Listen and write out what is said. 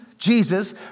Jesus